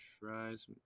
fries